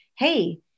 hey